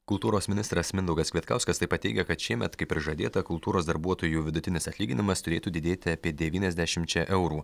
kultūros ministras mindaugas kvietkauskas taip pat teigia kad šiemet kaip ir prižadėta kultūros darbuotojų vidutinis atlyginimas turėtų didėti apie devyniasdešimčia eurų